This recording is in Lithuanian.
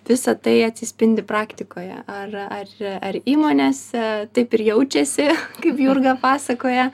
visa tai atsispindi praktikoje ar ar ar įmonėse taip ir jaučiasi kaip jurga pasakoja